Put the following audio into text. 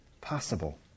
possible